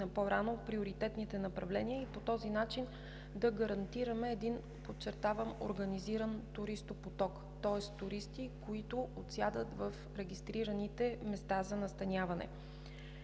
по-рано приоритетните направления и по този начин да гарантираме един, подчертавам, организиран туристопоток, тоест туристи, които отсядат в регистрираните места за настаняване.